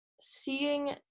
seeing